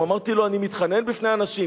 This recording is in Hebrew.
אמרתי לו: אני מתחנן בפני אנשים,